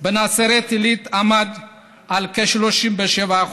בנצרת עילית עמד על כ-37%,